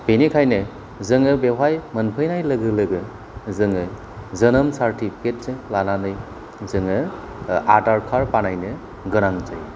बेनिखायनो जोङो बेयावहाय मोनफैनाय लोगो लोगो जोङो जोनोम सार्टिफिकेट जों लानानै जोङो आधार कार्ड बानायनो गोनां जायो